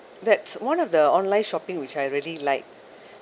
that's one of the online shopping which I really like